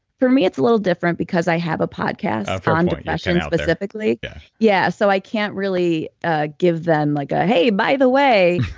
for me it's a little different because i have a podcast on depression specifically yeah yeah so i can't really ah give them like a, hey, by the way.